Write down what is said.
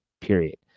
period